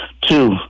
Two